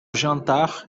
jantar